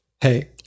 Hey